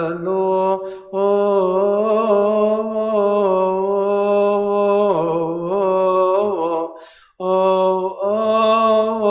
ah oh oh